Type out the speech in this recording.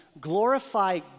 glorify